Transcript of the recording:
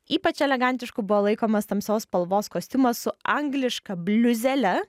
ypač elegantišku buvo laikomas tamsios spalvos kostiumas su angliška bliuzele